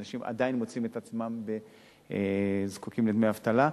אנשים עדיין מוצאים את עצמם זקוקים לדמי אבטלה.